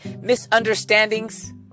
misunderstandings